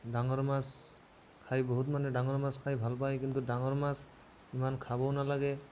ডাঙৰ মাছ খাই বহুত মানুহে ডাঙৰ মাছ খাই ভাল পায় কিন্তু ডাঙৰ মাছ ইমান খাবও নেলাগে